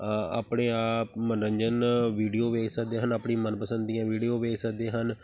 ਆਪਣੇ ਆਪ ਮਨੋਰੰਜਨ ਵੀਡੀਓ ਵੇਖ ਸਕਦੇ ਹਨ ਆਪਣੀ ਮਨਪਸੰਦ ਦੀਆਂ ਵੀਡੀਓ ਵੇਖ ਸਕਦੇ ਹਨ